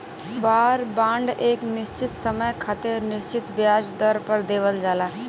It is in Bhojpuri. वार बांड एक निश्चित समय खातिर निश्चित ब्याज दर पर देवल जाला